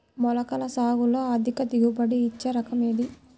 మొలకల సాగులో అధిక దిగుబడి ఇచ్చే రకం ఏది?